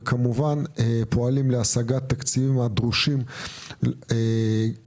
וכמובן פועלים להשגת התקציבים הדרושים לתכנון,